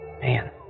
Man